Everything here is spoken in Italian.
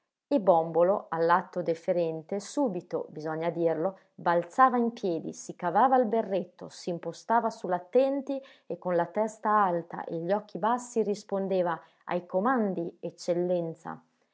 e bòmbolo all'atto deferente subito bisogna dirlo balzava in piedi si cavava il berretto s'impostava sull'attenti e con la testa alta e gli occhi bassi rispondeva ai comandi eccellenza